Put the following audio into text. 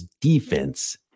defense